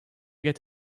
get